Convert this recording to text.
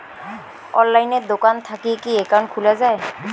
অনলাইনে দোকান থাকি কি একাউন্ট খুলা যায়?